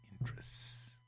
interests